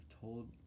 told